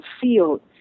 field